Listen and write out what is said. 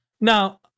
Now